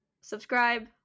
subscribe